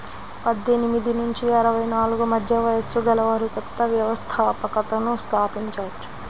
పద్దెనిమిది నుంచి అరవై నాలుగు మధ్య వయస్సు గలవారు కొత్త వ్యవస్థాపకతను స్థాపించవచ్చు